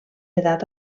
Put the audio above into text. edat